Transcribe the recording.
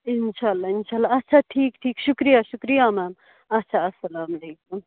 اِنشاء اللہ انِشاء اللہ اچھا ٹھیٖکھ ٹھیٖکھ شُکریہ شُکریہ میم اچھا اسلامُ علیکُم